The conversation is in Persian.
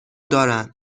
دارن